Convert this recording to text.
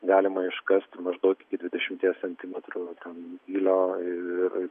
galima iškast maždaug iki dvidešimties centimetrų ten gylio ir